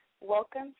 Welcome